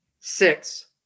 Six